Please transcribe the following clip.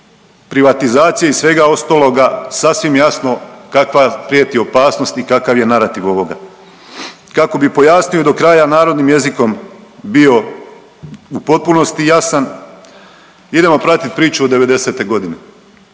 privatizacije i svega ostaloga, sasvim jasno kakva prijeti opasnost i kakav je narativ ovoga. Kako bi pojasnio do kraja narodnim jezikom bio u potpunosti jasan, idemo pratiti priču od '90. g.